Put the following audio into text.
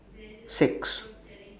six